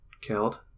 killed